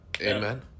Amen